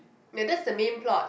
ya that's the main plot